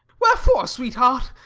wherefore, sweet-heart?